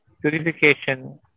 purification